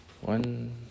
One